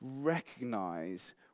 recognize